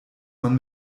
man